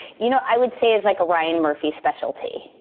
you know, i would say it's like a ryan murphy specialty.